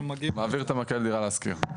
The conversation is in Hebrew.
מעביר את המקל לדירה להשכיר.